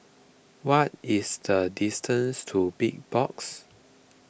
what is the distance to Big Box